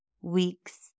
Weeks